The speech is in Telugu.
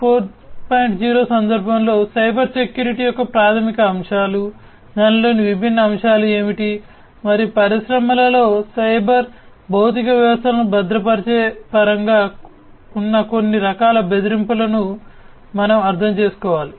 0 సందర్భంలో సైబర్ సెక్యూరిటీ యొక్క ప్రాథమిక అంశాలు దానిలోని విభిన్న అంశాలు ఏమిటి మరియు పరిశ్రమలలో సైబర్ భౌతిక వ్యవస్థలను భద్రపరిచే పరంగా ఉన్న కొన్ని రకాల బెదిరింపులను మనం అర్థం చేసుకోవాలి